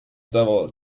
devil